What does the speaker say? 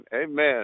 amen